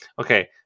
Okay